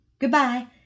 Goodbye